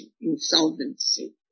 insolvency